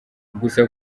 gusa